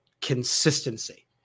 consistency